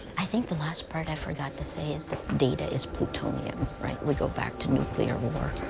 i think the last part i forgot to say is that data is plutonium, right? we go back to nuclear war.